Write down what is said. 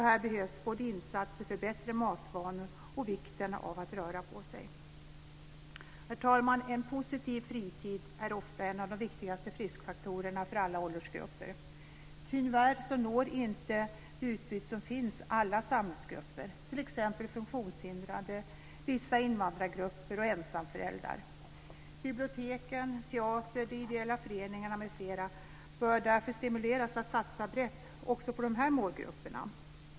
Här behövs både insatser för bättre matvanor och vikten av att röra sig. Herr talman! En positiv fritid är ofta en av de viktigaste friskfaktorerna för alla åldersgrupper. Tyvärr når inte det utbud som finns alla samhällsgrupper, t.ex. funktionshindrade, vissa invandrargrupper och ensamföräldrar. Bibliotek, teatrar, ideella föreningar m.fl. bör därför stimuleras att satsa brett också på dessa målgrupper.